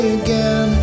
again